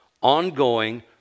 ongoing